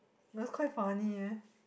was quite funny eh